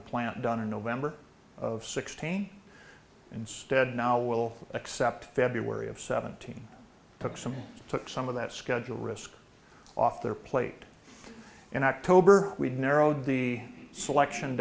the plant done in november of sixteen instead now we'll accept february of seventeen took some took some of that schedule risk off their plate in october we've narrowed the selection